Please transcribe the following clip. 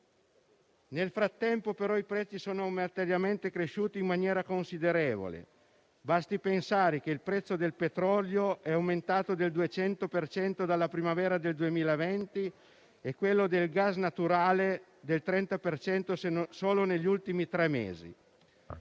Nel frattempo, però, i prezzi sono materialmente cresciuti in maniera considerevole. Basti pensare che il prezzo del petrolio è aumentato del 200 per cento dalla primavera del 2020 e quello del gas naturale del 30 per cento solo negli ultimi tre mesi.